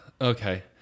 Okay